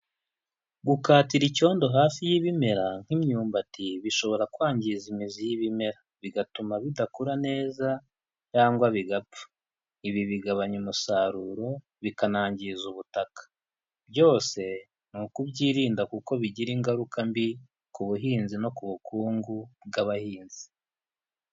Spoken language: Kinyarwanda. Gukatira icyondo hafi y'ibimera nk'imyumbati bishobora kwangiza imizi y'ibimera, bigatuma bidakura neza cyangwa bigapfa. Ibi bigabanya umusaruro, bikanangiza ubutaka. Byose ni ukubyirinda kuko bigira ingaruka mbi ku buhinzi no ku bukungu bw'abahinzi.